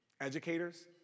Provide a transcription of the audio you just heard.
Educators